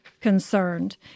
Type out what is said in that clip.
concerned